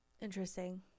Interesting